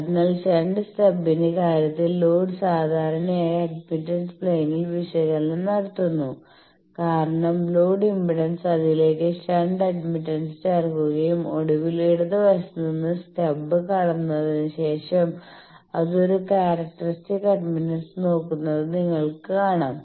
അതിനാൽ ഷണ്ട് സ്റ്റബിന്റെ കാര്യത്തിൽ ലോഡ് സാധാരണയായി അഡ്മിറ്റൻസ് പ്ലെയിനിൽ വിശകലനം നടത്തുന്നു കാരണം ലോഡ് ഇംപെഡൻസ് അതിലേക്ക് ഷണ്ട്സ് അഡ്മിറ്റൻസ് ചേർക്കുകയും ഒടുവിൽ ഇടതുവശത്ത് നിന്ന് സ്റ്റബ് കടന്നതിന് ശേഷം അത് ഒരു ക്യാരക്ടറിസ്റ്റിക് അഡ്മിറ്റൻസ് നോക്കുന്നത് നിങ്ങൾക്ക് കാണാം